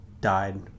died